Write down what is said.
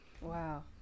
Wow